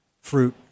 fruit